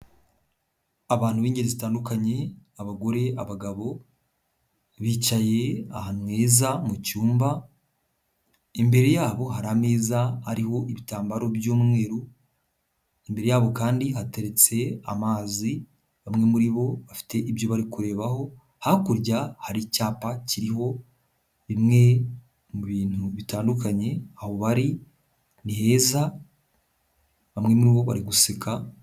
Abantu b'ingeri zitandukanye abagore, abagabo bicaye ahantu heza mu cyumba, imbere yabo hari ameza ariho ibitambaro by'umweru, imbere yabo kandi hateretse amazi bamwe muri bo bafite ibyo bari kurebaho, hakurya hari icyapa kiriho bimwe mu bintu bitandukanye, aho bari ni heza, bamwe muri bo bari guseka.